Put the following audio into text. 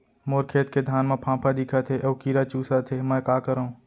मोर खेत के धान मा फ़ांफां दिखत हे अऊ कीरा चुसत हे मैं का करंव?